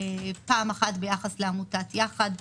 פעם אחת ביחס לעמותת יחד,